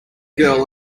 girl